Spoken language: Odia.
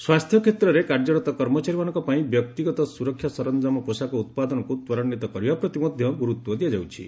ସ୍ୱାସ୍ଥ୍ୟ କ୍ଷେତ୍ରରେ କାର୍ଯ୍ୟରତ କର୍ମଚାରୀମାନଙ୍କ ପାଇଁ ବ୍ୟକ୍ତିଗତ ସୁରକ୍ଷା ସରଞ୍ଜାମ ପୋଷାକ ଉତ୍ପାଦନକୁ ତ୍ୱରାନ୍ୱିତ କରିବା ପ୍ରତି ମଧ୍ୟ ଗୁରୁତ୍ୱ ଦିଆଯାଉଛି